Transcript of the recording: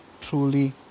truly